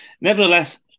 nevertheless